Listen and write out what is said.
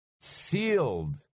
Sealed